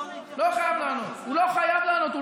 הוא לא חייב לענות.